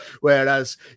Whereas